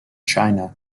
china